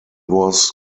was